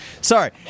Sorry